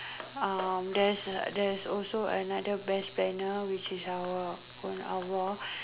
uh there's a there's also another best planner which is our own Allah